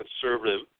conservative